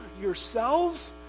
yourselves